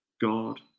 God